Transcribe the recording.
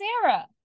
Sarah